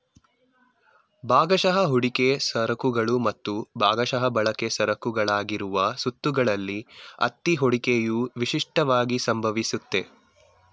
ಭಾಗಶಃ ಹೂಡಿಕೆ ಸರಕುಗಳು ಮತ್ತು ಭಾಗಶಃ ಬಳಕೆ ಸರಕುಗಳ ಆಗಿರುವ ಸುತ್ತುಗಳಲ್ಲಿ ಅತ್ತಿ ಹೂಡಿಕೆಯು ವಿಶಿಷ್ಟವಾಗಿ ಸಂಭವಿಸುತ್ತೆ